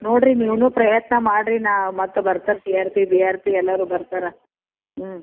ನೋಡಿರಿ ನೀವೂನು ಪ್ರಯತ್ನ ಮಾಡಿರಿ ನಾನು ಮತ್ತ ಬರ್ತಾರೆ C R P B R P ಎಲ್ಲರೂ ಬರ್ತಾರೆ ಹ್ಞೂ